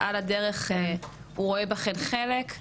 על הדרך הוא רואה בכן חלק,